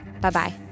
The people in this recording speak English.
Bye-bye